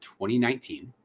2019